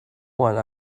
while